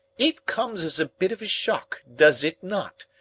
it comes as a bit of a shock, does it not,